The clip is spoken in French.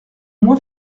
moins